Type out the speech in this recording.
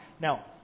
Now